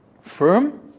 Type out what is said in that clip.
Firm